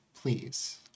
please